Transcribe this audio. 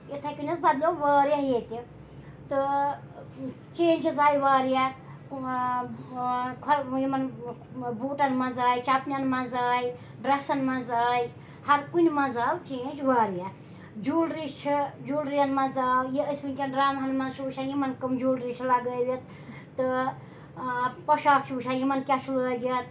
یِتھَے کَنہِ حظ بَدلیو واریاہ ییٚتہِ تہٕ چینٛجِز آیہِ واریاہ یِمَن بوٗٹَن منٛز آے چَپنٮ۪ن منٛز آے ڈرٛٮ۪سَن منٛز آے ہَر کُنہِ منٛز آو چینٛج واریاہ جوٗلری چھِ جوٗلرِیَن منٛز آو یہِ أسۍ وٕنۍکٮ۪ن ڈرٛامہَن منٛز چھِ وٕچھان یِمَن کَم جوٗلری لَگٲوِتھ تہٕ پوٚشاک چھِ وٕچھان یِمَن کیٛاہ چھُ لٲگِتھ